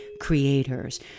Creators